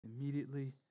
Immediately